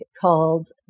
called